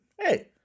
hey